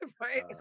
Right